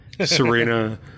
Serena